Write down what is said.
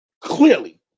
Clearly